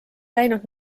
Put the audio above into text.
läinud